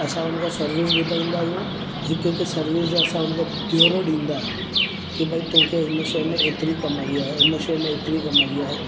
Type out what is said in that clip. असां हुन खे सर्विस ॿुधाईंदा आहियूं हिकु हिक सर्विस जा असां उनखे पियोरो ॾींदा आहियूं के भई तोखे हिन शइ में हेतिरी कमाई आहे हिन शइ में हेतिरी कमाई आहे